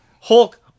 Hulk